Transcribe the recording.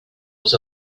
was